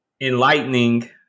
enlightening